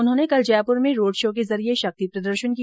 उन्होंने कल जयपुर में रोड़ शो के जरिये शक्ति प्रदर्शन किया